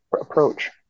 approach